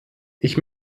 ich